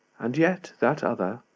and yet that other,